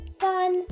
fun